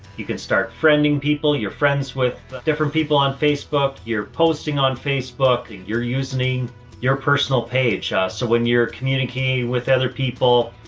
you can start friending people, you're friends with different people on facebook, you're posting on facebook, you're using your personal page. so when you're communicating with other people,